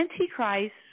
Antichrist